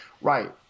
Right